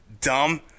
dumb